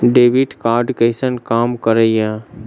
Debit card कैसन काम करेया?